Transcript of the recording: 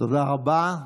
תודה רבה.